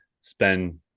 spend